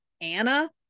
Anna